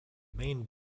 main